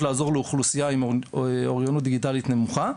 לעזור לאוכלוסייה עם אוריינות דיגיטלית נמוכה,